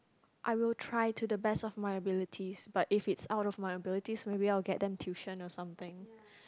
I will try to the best of my abilities but if it's out of my abilities maybe I will get them tuition or something